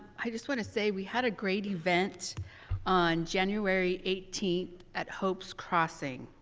i just want to say we had a great event on january eighteenth at hopes crossing.